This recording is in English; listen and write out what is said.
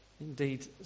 indeed